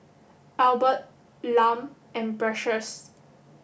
Albert Lum and Precious